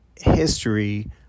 history